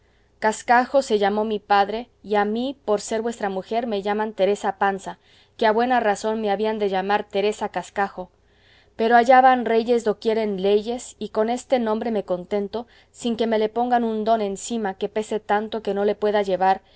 cascajo se llamó mi padre y a mí por ser vuestra mujer me llaman teresa panza que a buena razón me habían de llamar teresa cascajo pero allá van reyes do quieren leyes y con este nombre me contento sin que me le pongan un don encima que pese tanto que no le pueda llevar